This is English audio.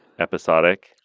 episodic